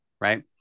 right